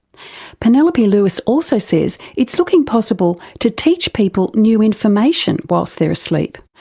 penelope lewis also says it's looking possible to teach people new information whilst they're asleep.